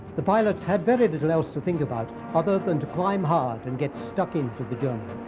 the pilots had very little else to think about other than to climb hard and get stuck in for the journey.